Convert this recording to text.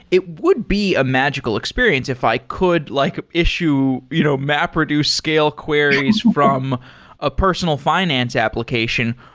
it would be a magical experience if i could like issue you know mapreduce scale queries from a personal finance application.